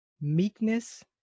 meekness